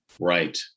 right